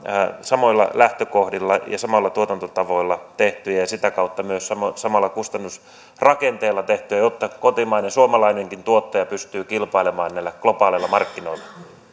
samoilla lähtökohdilla ja samoilla tuotantotavoilla tehtyjä ja sitä kautta myös samalla kustannusrakenteella tehtyjä jotta suomalainenkin tuottaja pystyy kilpailemaan näillä globaaleilla markkinoilla